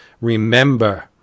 Remember